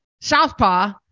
southpaw